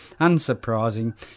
unsurprising